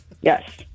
Yes